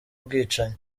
bwicanyi